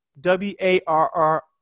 W-A-R-R